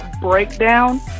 Breakdown